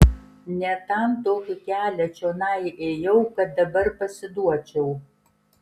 ne tam tokį kelią čionai ėjau kad dabar pasiduočiau